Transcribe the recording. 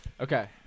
Okay